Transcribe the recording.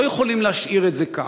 לא יכולים להשאיר את זה כך.